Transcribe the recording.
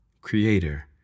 creator